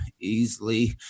easily